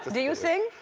do you sing?